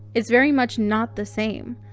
it's very much not the same.